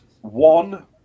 one